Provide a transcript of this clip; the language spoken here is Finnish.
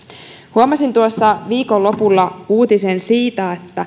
huomasin tuossa viikon lopulla uutisen siitä